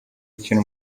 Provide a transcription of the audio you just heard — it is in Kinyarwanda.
ukina